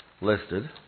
listed